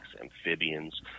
amphibians